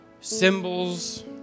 symbols